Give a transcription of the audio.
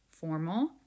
formal